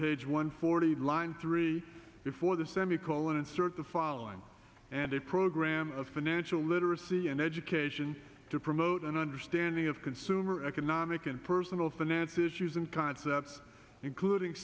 page one forty line three before the semi colon insert the following and a program of financial literacy and education to promote an understanding of consumer economic and personal finance issues and concepts including